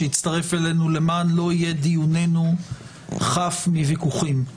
שהצטרף אלינו למען לא יהיה דיוננו חף מוויכוחים.